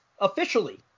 officially